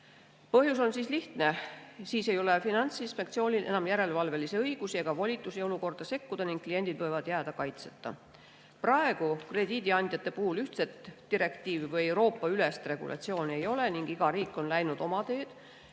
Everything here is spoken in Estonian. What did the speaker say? Põhjus on lihtne: siis ei ole Finantsinspektsioonil enam järelevalvelisi õigusi ega volitusi olukorda sekkuda ja kliendid võivad jääda kaitseta. Praegu krediidiandjate puhul ühtset direktiivi või Euroopa-ülest regulatsiooni ei ole ning iga riik on läinud oma teed.